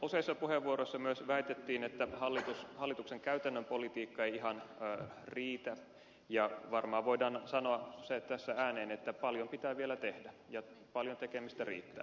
useissa puheenvuoroissa myös väitettiin että hallituksen käytännön politiikka ei ihan riitä ja varmaan voidaan sanoa se tässä ääneen että paljon pitää vielä tehdä ja paljon tekemistä riittää